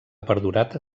perdurat